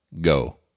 go